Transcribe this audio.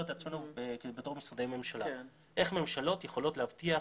את עצמנו בתור משרדי ממשלה: איך ממשלות יכולות להבטיח